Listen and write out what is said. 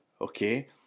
okay